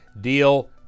deal